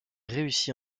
réussit